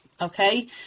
Okay